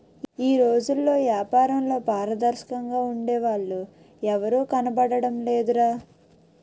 ఈ రోజుల్లో ఏపారంలో పారదర్శకంగా ఉండే వాళ్ళు ఎవరూ కనబడడం లేదురా